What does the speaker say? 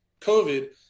COVID